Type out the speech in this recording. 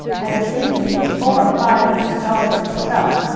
as the indian was four or five inches taller than himself,